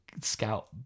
scout